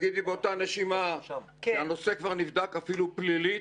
תגידי באותה נשימה שהנושא כבר נבדק אפילו פלילית,